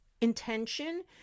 intention